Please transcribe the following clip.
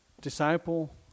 disciple